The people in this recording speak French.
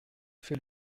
fait